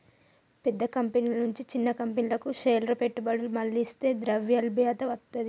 పెద్ద కంపెనీల నుంచి చిన్న కంపెనీలకు షేర్ల పెట్టుబడులు మళ్లిస్తే ద్రవ్యలభ్యత వత్తది